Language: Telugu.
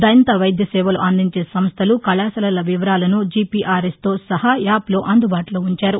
దంత వైద్య సేవలు అందించే సంస్థలు కళాశాలల వివరాలను జిపిఆర్ఎస్తో సహా యాప్లో అందుబాటులో వుంచారు